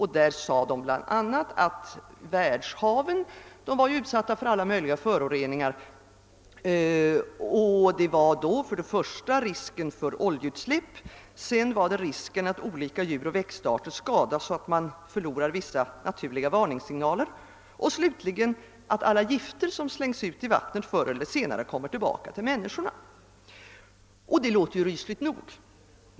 I denna nämnde man bl.a. på tal om farorna för föroreningar av världshaven dels risken för oljeutsläpp, dels risken att olika djuroch växtarter skadas så att man förlorar vissa naturliga varningssignaler och slutligen att alla gifter som slängs ut i vattnet förr eller senare kommer tillbaka till människorna. Det låter ju rysligt nog.